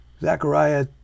Zechariah